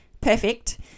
perfect